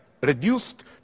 reduced